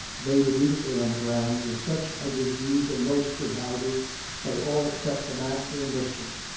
laid immediately on the ground, was such as was used in most good houses by all except the master and mistress,